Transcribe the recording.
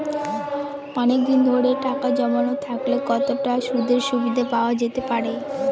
অনেকদিন ধরে টাকা জমানো থাকলে কতটা সুদের সুবিধে পাওয়া যেতে পারে?